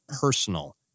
personal